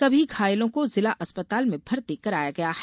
सभी घायलों को जिला अस्पताल में भर्ती कराया गया है